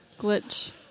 glitch